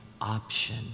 option